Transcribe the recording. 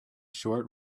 short